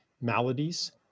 maladies